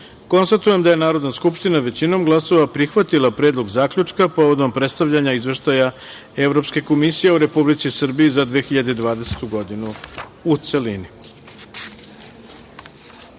šest. Konstatujem da je Narodna skupština većinom glasova prihvatila Predlog zaključka povodom predstavljanja Izveštaja Evropske komisije o Republici Srbiji za 2020. godinu, u celini. Dame